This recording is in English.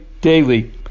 daily